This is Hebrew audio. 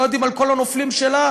לא יודעים על כל הנופלים שלנו,